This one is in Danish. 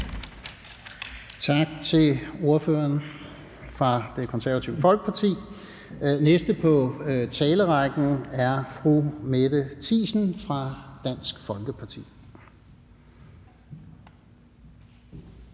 Tak til ordføreren for Det Konservative Folkeparti. Den næste i talerrækken er fru Mette Thiesen fra Dansk Folkeparti.